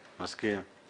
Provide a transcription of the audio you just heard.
נכון, מסכים.